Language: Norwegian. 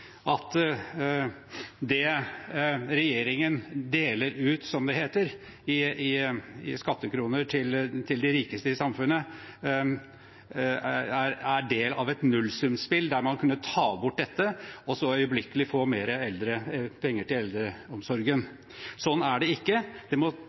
at det regjeringen deler ut, som det heter, i skattekroner til de rikeste i samfunnet, er del av et nullsumspill, der man kan ta det bort og så øyeblikkelig få mer penger til eldreomsorgen. Sånn er det ikke. Det må